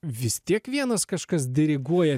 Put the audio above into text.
vis tiek vienas kažkas diriguoja